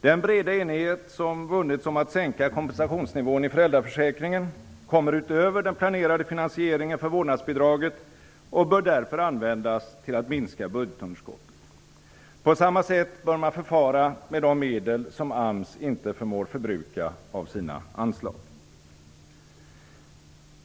Den breda enighet som vunnits om att sänka kompensationsnivån i föräldraförsäkringen kommer utöver den planerade finansieringen för vårdnadsbidraget och bör därför användas till att minska budgetunderskottet. På samma sätt bör man förfara med de medel som AMS inte förmår förbruka av sina anslag.